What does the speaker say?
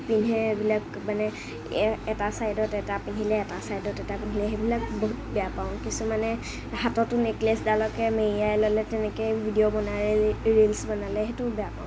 পিন্ধে এইবিলাক মানে এ এটা ছাইডত এটা পিন্ধিলে এটা ছাইডত এটা পিন্ধিলে সেইবিলাক বহুত বেয়া পাওঁ কিছুমানে হাঁততো নেকলেছডালকে মেঁৰিয়াই ললে তেনেকে ভিডিঅ' বনাই ৰী ৰীলছ বনালে সেইটোও বেয়া পাওঁ মই